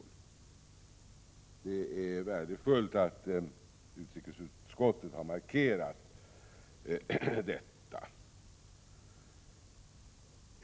Det är värdefullt att utrikesutskottet har markerat detta.